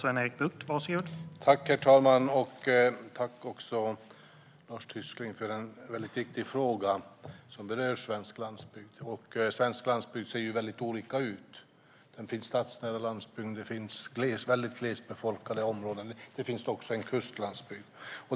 Herr talman! Tack, Lars Tysklind, för en viktig fråga som berör svensk landsbygd! Svensk landsbygd ser väldigt olika ut. Det finns stadsnära landsbygd, väldigt glest befolkade områden och kustlandsbygd.